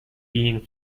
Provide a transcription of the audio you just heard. being